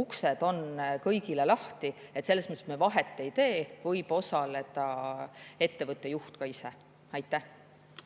Uksed on kõigile lahti, selles mõttes me vahet ei tee, võib osaleda ka ettevõtte juht ise. Aitäh